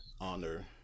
honor